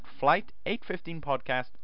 flight815podcast